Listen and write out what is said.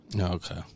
Okay